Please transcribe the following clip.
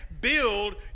build